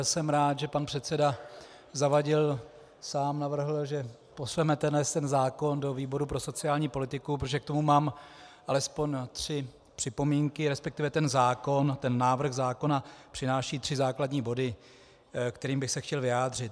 Jsem rád, že pan předseda Zavadil sám navrhl, že pošleme tento zákon do výboru pro sociální politiku, protože k tomu mám alespoň tři připomínky, respektive ten zákon, návrh zákona přináší tři základní body, ke kterým bych se chtěl vyjádřit.